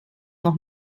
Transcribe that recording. noch